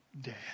dead